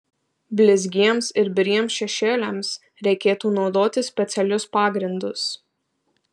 blizgiems ir biriems šešėliams reikėtų naudoti specialius pagrindus